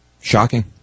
Shocking